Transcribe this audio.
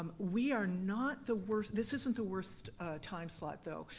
we are not the worst, this isn't the worst time slot, though,